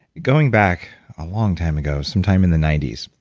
going back a long time ago, sometime in the ninety s,